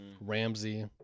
Ramsey